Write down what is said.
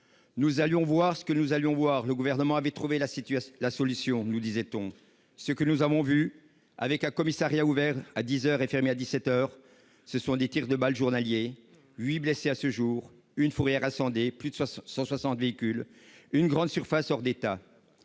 Nous allions voir ce que nous allions voir, le Gouvernement avait trouvé la solution, nous disait-on. Ce que nous avons vu, avec un commissariat ouvert à dix heures et fermé à dix-sept heures, ce sont des tirs de balles journaliers, huit blessés à ce jour, une fourrière incendiée avec plus de 160 véhicules, une grande surface hors d'état